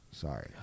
Sorry